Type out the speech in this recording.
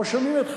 לא שומעים אתכם.